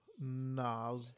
Nah